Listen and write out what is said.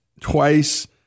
twice